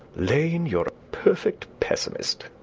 lane, you're a perfect pessimist.